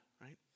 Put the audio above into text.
right